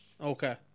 Okay